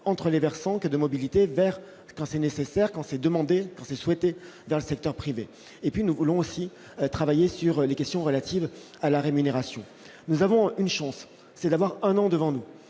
entre les versants que de mobilité vers quand c'est nécessaire quand c'est demandé ces souhaité dans le secteur privé et puis nous voulons aussi travailler sur les questions relatives à la rémunération, nous avons une chance, c'est d'avoir un an devant nous